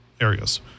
areas